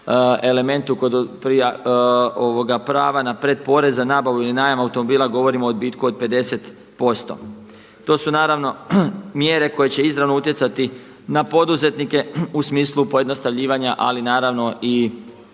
elementu kod prava na pretporez za nabavu ili najam automobila govorim o odbitku od 50%. To su naravno mjere koje će izravno utjecati na poduzetnike u smislu pojednostavljivanja ali naravno i